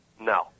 No